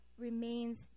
remains